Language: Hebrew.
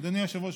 אדוני היושב-ראש,